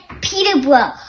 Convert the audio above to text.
Peterborough